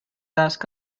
ask